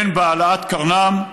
הן בהעלאת קרנם.